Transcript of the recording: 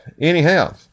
anyhow